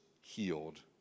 healed